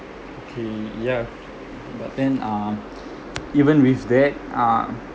okay yeah but then uh even with that uh